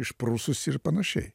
išprususi ir panašiai